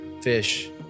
fish